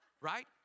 Right